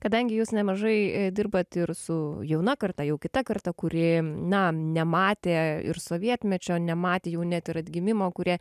kadangi jūs nemažai dirbat ir su jauna karta jau kita karta kuri na nematė ir sovietmečio nematė jau net ir atgimimo kurie